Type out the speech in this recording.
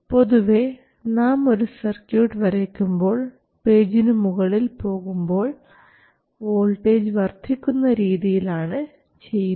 പൊതുവെ നാം ഒരു സർക്യൂട്ട് വരയ്ക്കുമ്പോൾ പേജിന് മുകളിലേക്ക് പോകുമ്പോൾ വോൾട്ടേജ് വർദ്ധിക്കുന്ന രീതിയിലാണ് ചെയ്യുന്നത്